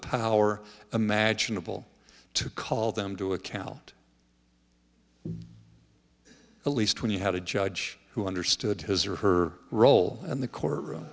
power imaginable to call them to account at least when you had a judge who understood his or her role in the courtroom